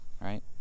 right